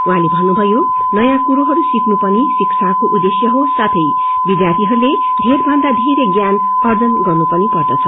उहाँले भन्नुभयो नयाँ कुरोहरू सिक्नु पनि शिक्षाको उद्देश्य हो साथै विध्याथीहरूले धेरैभन्दा धेरै लाभ आर्जन गर्नुपनि हो